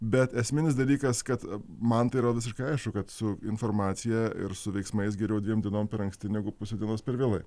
bet esminis dalykas kad man tai yra visiškai aišku kad su informacija ir su veiksmais geriau dviem dienom per anksti negu pusę dienos per vėlai